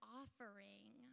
offering